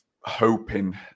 hoping